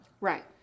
right